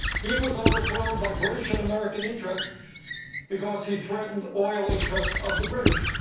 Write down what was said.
he was overthrown by british and american interests because he threatened oil interests of the british.